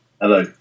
Hello